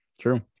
True